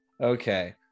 okay